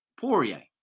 poirier